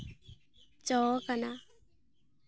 ᱡᱚ ᱠᱟᱱᱟ